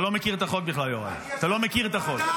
משוריינים תשעה מנדטים.